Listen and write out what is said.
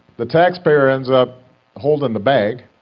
the taxpayer ends up holding the bag,